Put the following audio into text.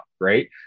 right